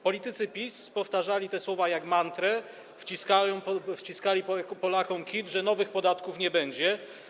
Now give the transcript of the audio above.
Politycy PiS powtarzali te słowa jak mantrę, wciskali Polakom kit, że nowych podatków nie będzie.